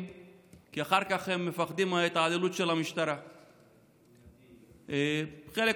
כי הם מפחדים מהתעללות של המשטרה אחר כך,